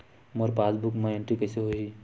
मोर passbook मा entry कइसे होही?